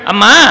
Ama